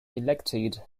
elected